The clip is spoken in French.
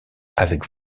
avec